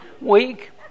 week